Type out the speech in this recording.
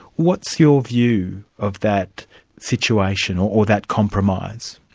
what's your view of that situation, or that compromise?